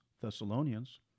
Thessalonians